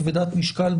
כבדת משקל.